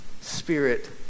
spirit